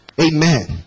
Amen